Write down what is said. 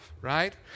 right